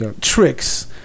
tricks